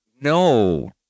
No